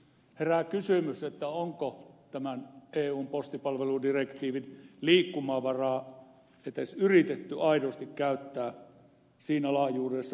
herää kysymys onko tämän eun postipalveludirektiivin liikkumavaraa edes yritetty aidosti käyttää siinä laajuudessa kuin se on mahdollista